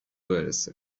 برسه